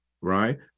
right